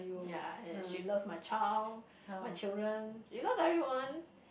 ya and she love my child my children you know the everyone